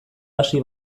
hasi